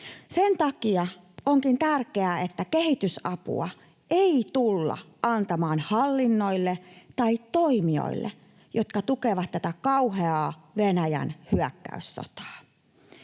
Sen takia onkin tärkeää, että kehitysapua ei tulla antamaan hallinnoille tai toimijoille, jotka tukevat tätä kauheaa Venäjän hyökkäyssotaa.